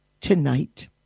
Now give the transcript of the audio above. tonight